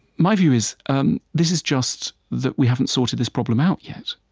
my view is um this is just that we haven't sorted this problem out yet.